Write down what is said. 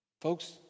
Folks